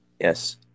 Yes